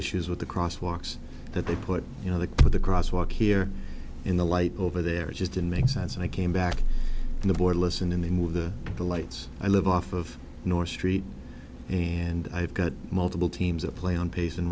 issues with the crosswalks that they put you know the put the cross walk here in the light over there it just didn't make sense and i came back to the board listen in the movie the the lights i live off of north street and i've got multiple teams that play on pace